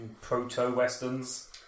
proto-westerns